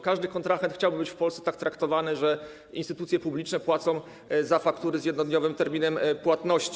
Każdy kontrahent chciałby być w Polsce tak traktowany, że instytucje publiczne płacą faktury z jednodniowym terminem płatności.